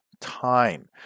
time